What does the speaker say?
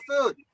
food